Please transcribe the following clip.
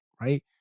Right